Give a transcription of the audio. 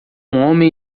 homem